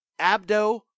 abdo